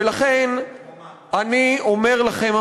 ולכן אני אומר לכם,